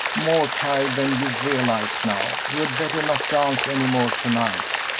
more tired than you realize now you had better not dance any more to-night.